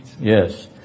Yes